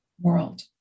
world